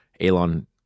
Elon